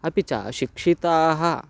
अपि च शिक्षिताः